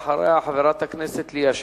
ואחריה, חברת הכנסת ליה שמטוב.